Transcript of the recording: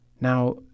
Now